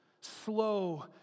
slow